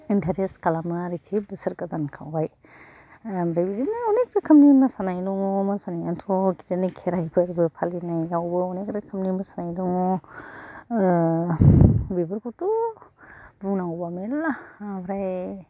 interest खालामो आरखि बोसोर गोदानखौहाय बिदिनो अनेख रोखोमनि मोसानाय दङ मोसानायाथ' बिदिनो खेराय फोरबो फालिनायावबो अनेख रोखोमनि मोसानाय दङ बेफोरखौथ' बुंनागौबा मेरला ओमफ्राय